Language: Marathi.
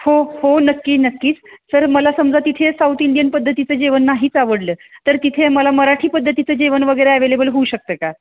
हो हो नक्की नक्कीच तर मला समजा तिथे साऊथ इंडियन पद्धतीचं जेवण नाहीच आवडलं तर तिथे मला मराठी पद्धतीचं जेवण वगैरे अवेलेबल होऊ शकते का